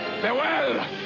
Farewell